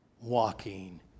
walking